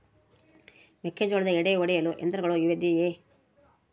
ಮೆಕ್ಕೆಜೋಳದ ಎಡೆ ಒಡೆಯಲು ಯಂತ್ರಗಳು ಇದೆಯೆ?